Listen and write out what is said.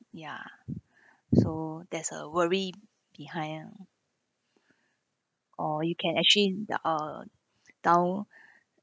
ya so there's a worry behind ah or you can actually ya uh down